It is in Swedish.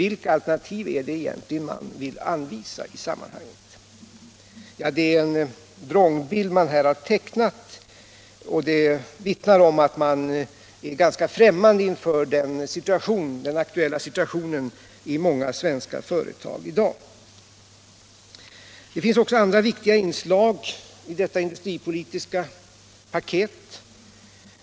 Vilka alternativ är det egentligen man vill anvisa i sammanhaget? Nej, det är en vrångbild man här har tecknat, och det vittnar om att man är ganska främmande för den aktuella situationen i många svenska företag. Det finns också andra viktiga inslag i detta industripolitiska paket.